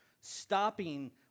stopping